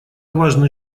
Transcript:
важный